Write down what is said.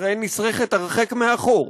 ישראל נשרכת הרחק מאחור.